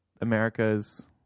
America's –